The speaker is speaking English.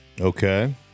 Okay